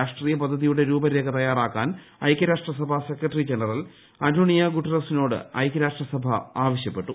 രാഷ്ട്രീയ പദ്ധതിയുടെ രൂപരേഖ തയ്യാറാക്കാൻ ഐകൃരാഷ്ട്ര സഭാ സെക്രട്ടറി ജനറൽ അന്റോണിയോ ഗുട്ടറസിനോട് ഐക്യരാഷ്ട്ര സഭ ആവശ്യപ്പെട്ടു